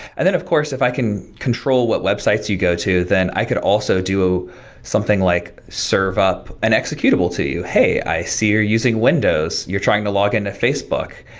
then of course, if i can control what websites you go to, then i could also do something like serve up and executable to you. hey, i see you're using windows, you're trying to log into facebook.